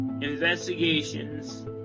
Investigations